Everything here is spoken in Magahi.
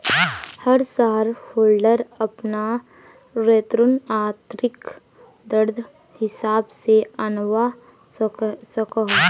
हर शेयर होल्डर अपना रेतुर्न आंतरिक दरर हिसाब से आंनवा सकोह